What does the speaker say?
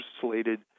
slated